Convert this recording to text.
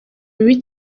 bibi